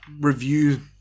review